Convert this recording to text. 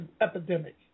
epidemic